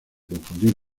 confundir